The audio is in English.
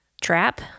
trap